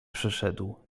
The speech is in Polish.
przyszedł